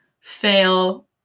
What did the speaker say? fail